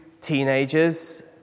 teenagers